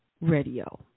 Radio